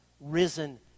risen